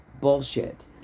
bullshit